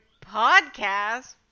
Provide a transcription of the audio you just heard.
podcast